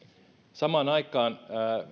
samaan aikaan